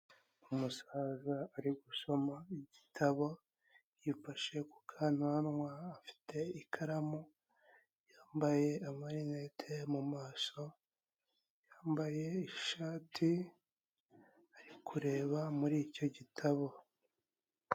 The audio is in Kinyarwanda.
Umusaza ari gusoma igitabo yafashe kukananwa afite ikaramu, yambaye amarineti mu maso, yambaye ishati ari kureba muri icyo gitabo.